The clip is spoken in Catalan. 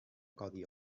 codi